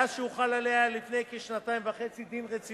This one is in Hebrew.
מאז הוחל עליה, לפני כשנתיים וחצי, דין רציפות,